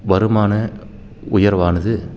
வருமான உயர்வானது